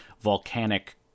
volcanic